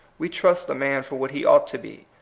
we trust the man for what he ought to be.